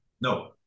No